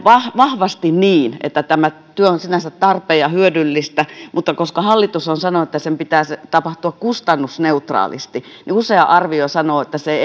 vahvasti niin että tämä työ on sinänsä tarpeen ja hyödyllistä mutta koska hallitus on sanonut että sen pitää tapahtua kustannusneutraalisti niin usea arvio sanoo että se